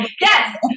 Yes